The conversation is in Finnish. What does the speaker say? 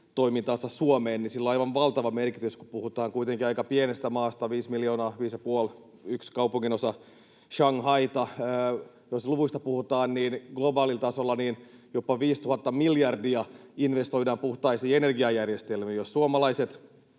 tki-toimintaansa Suomeen, on aivan valtava merkitys, kun puhutaan kuitenkin aika pienestä maasta, viisi ja puoli miljoonaa — yksi kaupunginosa Shanghaita. Jos luvuista puhutaan, niin globaalilla tasolla jopa 5 000 miljardia investoidaan puhtaisiin energiajärjestelmiin. Jos suomalaiset